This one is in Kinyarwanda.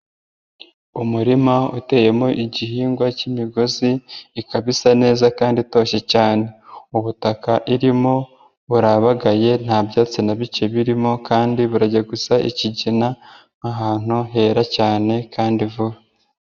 Umurima uteyemo igihingwa cy'imigozi, ikaba isa neza kandi itoshye cyane ubutaka burimo burabagaye nta byatsi na bike birimo kandi bujya gusa ikigina nk'ahantu hera cyane kandi vuba.